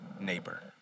neighbor